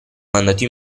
mandato